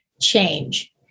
change